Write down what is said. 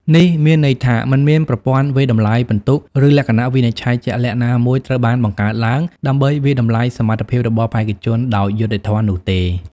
នេះមានន័យថា មិនមានប្រព័ន្ធវាយតម្លៃពិន្ទុ ឬលក្ខណៈវិនិច្ឆ័យជាក់លាក់ណាមួយត្រូវបានបង្កើតឡើងដើម្បីវាយតម្លៃសមត្ថភាពរបស់បេក្ខជនដោយយុត្តិធម៌នោះទេ។